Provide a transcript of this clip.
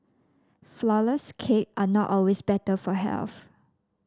flourless cake are not always better for health